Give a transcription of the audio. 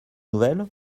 nouvelle